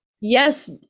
yes